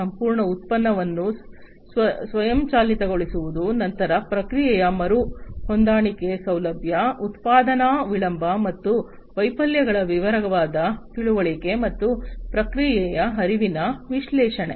ಸಂಪೂರ್ಣ ಉತ್ಪನ್ನವನ್ನು ಸ್ವಯಂಚಾಲಿತಗೊಳಿಸುವುದು ನಂತರ ಪ್ರಕ್ರಿಯೆಯ ಮರು ಹೊಂದಾಣಿಕೆ ಸೌಲಭ್ಯ ಉತ್ಪಾದನಾ ವಿಳಂಬ ಮತ್ತು ವೈಫಲ್ಯಗಳ ವಿವರವಾದ ತಿಳುವಳಿಕೆ ಮತ್ತು ಪ್ರಕ್ರಿಯೆಯ ಹರಿವಿನ ವಿಶ್ಲೇಷಣೆ